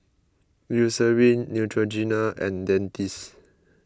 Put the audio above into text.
Eucerin Neutrogena and Dentiste